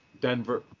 Denver